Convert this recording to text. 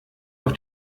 auf